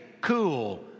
cool